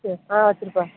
சரி ஆ வச்சிருப்பா